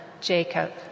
Jacob